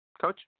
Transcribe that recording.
coach